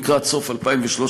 לקראת סוף 2013,